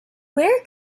where